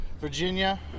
Virginia